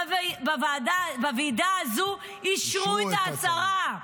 בוועידה הזו אישרו את ההצהרה.